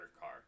car